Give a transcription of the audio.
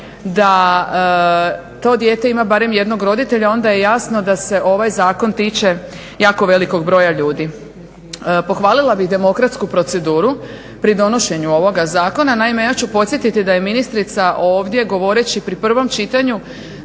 da to dijete ima barem jednog roditelja onda je jasno da se ovaj zakon tiče jako velikog broja ljudi. Pohvalila bih demokratsku proceduru pri donošenju ovog zakona, naime ja ću podsjetiti da je ministrica ovdje govoreći pri 1. čitanju